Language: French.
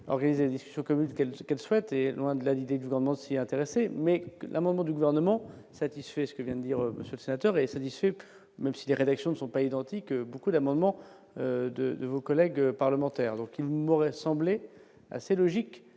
organisée ce que elle ce qu'elle souhaite et loin de là, l'idée du Grand Nancy intéressé mais l'amendement du gouvernement satisfait ce qui vient dire, Monsieur le Sénateur, est satisfait, même si les rédactions ne sont pas identiques beaucoup d'amendements, 2 de vos collègues parlementaires, donc il ne m'aurait semblé assez logique